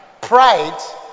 Pride